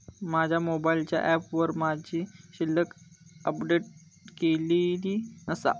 माझ्या मोबाईलच्या ऍपवर माझी शिल्लक अपडेट केलेली नसा